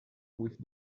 with